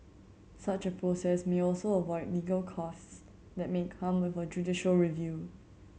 such a process may also avoid legal costs that may come with a judicial review